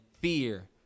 Fear